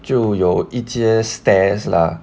就有一些 stairs lah